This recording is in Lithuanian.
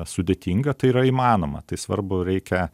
sudėtinga tai yra įmanoma tai svarbu reikia